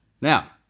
Now